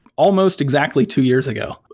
almost exactly two years ago.